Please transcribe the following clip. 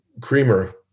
creamer